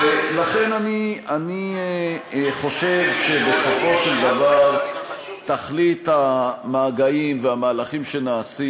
ולכן אני חושב שבסופו של דבר תכלית המגעים והמהלכים שנעשים